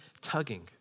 tugging